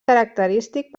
característic